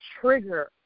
trigger